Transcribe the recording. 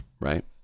right